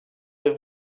avez